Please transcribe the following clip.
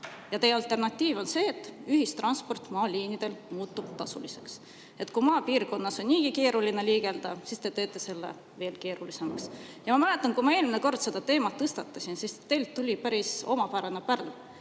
Teie alternatiiv on see, et ühistransport maaliinidel muutub tasuliseks. Kui maapiirkonnas on niigi keeruline liigelda, siis te teete selle veel keerulisemaks. Ja ma mäletan, kui ma eelmine kord selle teema tõstatasin, siis teilt tuli päris omapärane pärl.